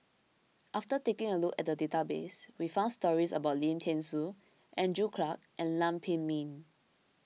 after taking a look at the database we found stories about Lim thean Soo Andrew Clarke and Lam Pin Min